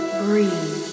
breathe